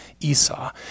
Esau